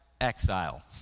exile